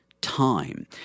time